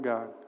God